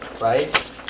right